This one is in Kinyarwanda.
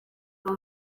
kuba